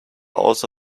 also